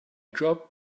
job